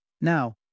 Now